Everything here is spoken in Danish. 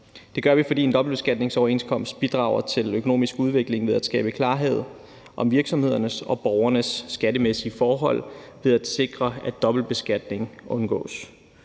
Det gør vi, fordi en dobbeltbeskatningsoverenskomst bidrager til økonomisk udvikling ved at skabe klarhed om virksomhedernes og borgernes skattemæssige forhold ved at sikre, at dobbeltbeskatning undgås.